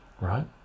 right